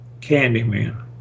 Candyman